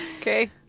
Okay